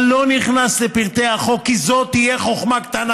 אני לא נכנס לפרטי החוק כי זאת תהיה חוכמה קטנה